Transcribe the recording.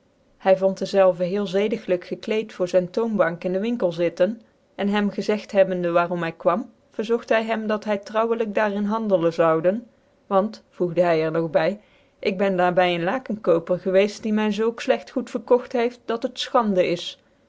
hy vond dezelve heel zcdiglijk gekleed voor zyn toonbank in de winkel zitten cn hem gezegd hebbende waarom hy kwam verzoet hy hem dat hy trouwclyk daar in handelen zoude want voegde hy er nog by ik ben daar by een lakcnkopcr gewceft die my zulk liegt goed verkogt heeft dat het ichande is